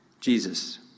Jesus